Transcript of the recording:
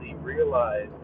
realize